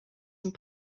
some